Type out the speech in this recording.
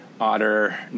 otter